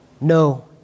No